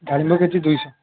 ଡାଳିମ୍ବ କେଜି ଦୁଇଶହ